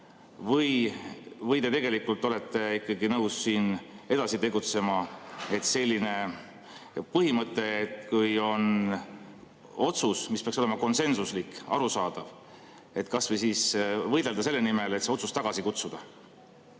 või te tegelikult olete ikkagi nõus edasi tegutsema, kuna on selline põhimõte, et kui on tegu otsusega, mis peaks olema konsensuslik ja arusaadav, siis võiks võidelda selle nimel, et see otsus tagasi kutsuda?